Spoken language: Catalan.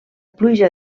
pluja